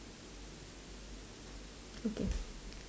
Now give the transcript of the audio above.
okay